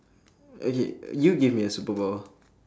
okay you give me a superpower